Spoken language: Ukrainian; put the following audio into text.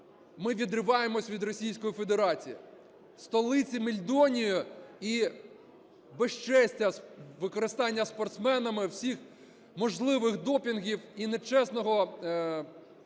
ми відриваємось від Російської Федерації - столиці мельдонію і безчестя, використання спортсменами всіх можливих допінгів і нечесного